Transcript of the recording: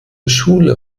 schule